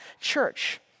church